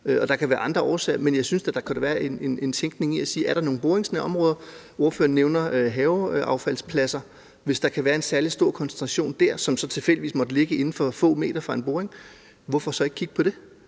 der kan være andre årsager, men jeg synes da, at der kunne være en idé lige at spørge, om der er nogle boringsnære områder. Ordføreren nævner haveaffaldspladser. Hvis der kan være en særlig stor koncentration der, som så tilfældigvis måtte ligge inden for få meter fra en boring, hvorfor så ikke kigge på det?